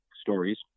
stories